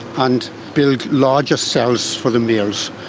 and build larger cells for the males.